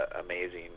amazing